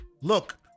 look